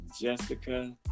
Jessica